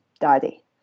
daddy